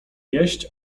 jeść